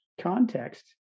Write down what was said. context